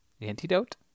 Antidote